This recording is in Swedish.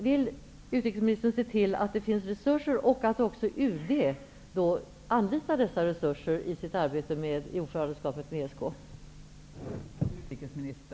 Vill utrikesministern se till att det finns resurser och att också UD anlitar dessa resurser i sitt arbete med ordförandeskapet i ESK?